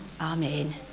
Amen